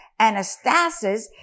anastasis